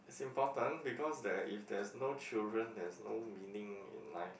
it's important because there is there's no children there's no meaning in life